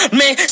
man